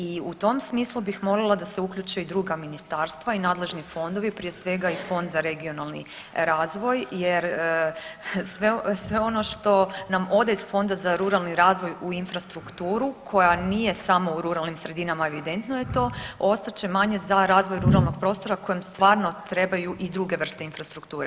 I u tom smislu bih molila da se uključe i druga ministarstva i nadležni fondovi, prije svega i Fond za regionalni razvoj jer sve ono što nam ode iz Fonda za ruralni razvoj u infrastrukturu koja nije samo u ruralnim sredinama, evidentno je to, ostat će manje za razvoj ruralnog prostora kojem stvarno trebaju i druge vrste infrastrukture.